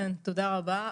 תודה רבה.